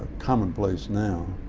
commonplace now,